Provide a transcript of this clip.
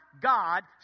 God